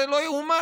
זה לא יאומן.